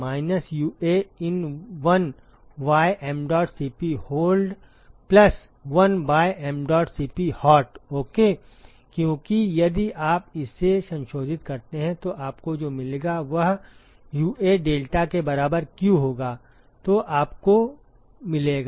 minus UA in one by m dot cp hold plus one by m dot cp hot okay क्योंकि यदि आप इसे संशोधित करते हैं तो आपको जो मिलेगा वह यूए डेल्टा के बराबर क्यू होगा जो आपको ठीक मिलेगा